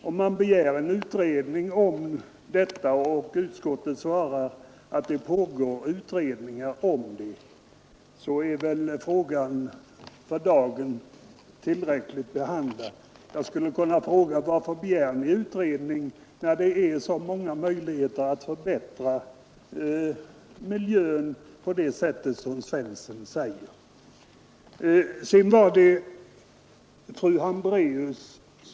Om man begär en utredning och utskottet då svarar att en utredning om dessa saker pågår, så är väl frågan för dagen slutbehandlad. Jag vill också fråga: Varför begär ni en utredning, om det finns så många möjligheter att förbättra miljön på det sättet som herr Svensson i Malmö sade?